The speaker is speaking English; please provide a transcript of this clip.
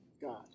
God